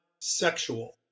sexual